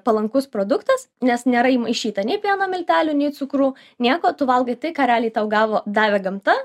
palankus produktas nes nėra įmaišyta nei pieno miltelių nei cukrų nieko tu valgai tai ką realiai tau gavo davė gamta